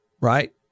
right